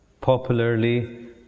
popularly